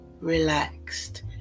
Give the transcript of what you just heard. relaxed